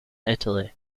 italy